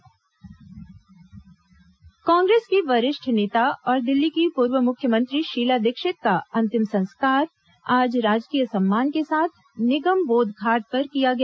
शीला दीक्षित अंतिम संस्कार कांग्रेस की वरिष्ठ नेता और दिल्ली की पूर्व मुख्यमंत्री शीला दीक्षित का अंतिम संस्कार आज राजकीय सम्मान के साथ निगम बोध घाट पर किया गया